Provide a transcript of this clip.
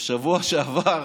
בשבוע שעבר,